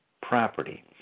property